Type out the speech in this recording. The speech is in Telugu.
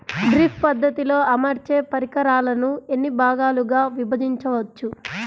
డ్రిప్ పద్ధతిలో అమర్చే పరికరాలను ఎన్ని భాగాలుగా విభజించవచ్చు?